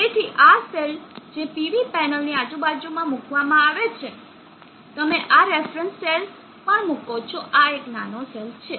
તેથી આ સેલ જે PV પેનલની આજુબાજુમાં મૂકવામાં આવે છે તમે આ રેફરન્સ સેલ મુકો છો આ એક નાનો સેલ છે